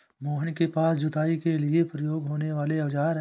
मोहन के पास जुताई के लिए प्रयोग होने वाले औज़ार है